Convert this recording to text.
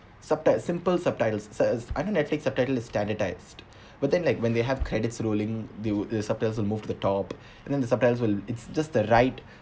subti~ simple subtitles se~ I think netflix subtitle is standardised but then like when they have credits rolling they would the subtitles will move to the top and then the subtitles will it's just the right